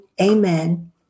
amen